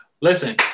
listen